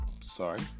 Sorry